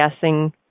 guessing